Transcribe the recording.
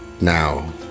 now